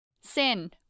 Sin